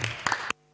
Hvala.